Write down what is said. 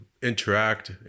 interact